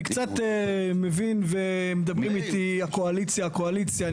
אני קצת מבין ומדברים איתי, הקואליציה, הקואליציה.